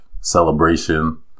celebration